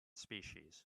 species